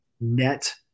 net